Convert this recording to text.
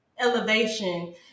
Elevation